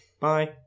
Bye